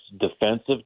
defensive